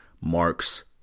marks